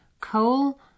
Coal